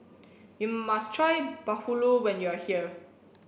you must try Bahulu when you are here